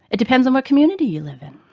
it depends on what community you live in.